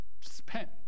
spent